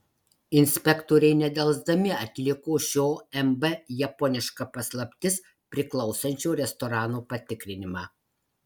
inspektoriai nedelsdami atliko šio mb japoniška paslaptis priklausančio restorano patikrinimą